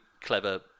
clever